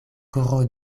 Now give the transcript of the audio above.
koro